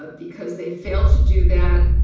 ah because they fail to do that.